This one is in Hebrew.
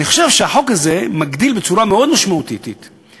אני חושב שהחוק הזה מגדיל בצורה מאוד משמעותית את